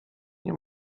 nie